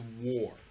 war